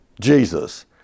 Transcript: Jesus